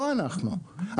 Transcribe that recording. לא אנחנו.